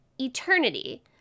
eternity